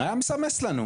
היה מסמס לנו.